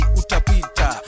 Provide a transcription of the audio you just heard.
utapita